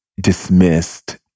dismissed